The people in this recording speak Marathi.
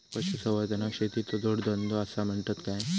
पशुसंवर्धनाक शेतीचो जोडधंदो आसा म्हणतत काय?